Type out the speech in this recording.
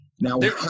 now